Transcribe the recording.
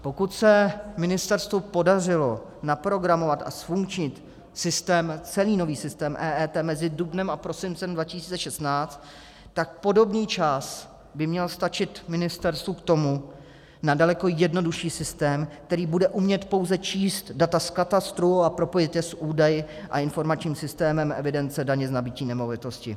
Pokud se ministerstvu podařilo naprogramovat a zfunkčnit celý nový systém EET mezi dubnem a prosincem 2016, tak by měl podobný čas stačit ministerstvu na daleko jednodušší systém, který bude umět pouze číst data z katastru a propojit je s údaji a informačním systémem evidence daně z nabytí nemovitosti.